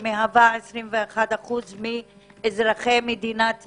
שמהווה 21% מאזרחי מדינת ישראל,